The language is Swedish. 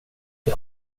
det